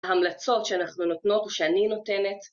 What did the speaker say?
ההמלצות שאנחנו נותנות, ושאני נותנת.